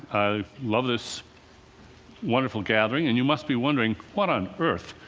i love this wonderful gathering. and you must be wondering, what on earth?